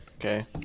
Okay